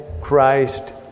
Christ